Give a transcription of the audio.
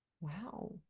wow